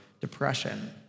depression